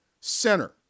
center